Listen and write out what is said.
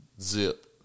zip